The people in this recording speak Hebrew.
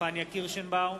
פניה קירשנבאום,